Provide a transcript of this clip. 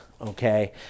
okay